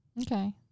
Okay